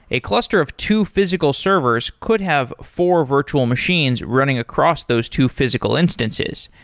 a cluster of two physical servers could have four virtual machines running across those two physical instances,